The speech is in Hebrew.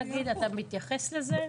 אתה מתייחס לזה?